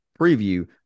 preview